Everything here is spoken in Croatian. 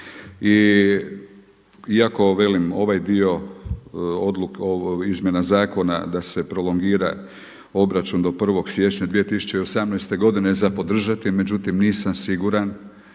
Iako velim ovaj dio izmjena zakona da se prolongira obračun do 1. siječnja 2018. godine je za podržati, međutim nisam siguran